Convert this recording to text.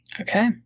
okay